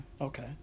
okay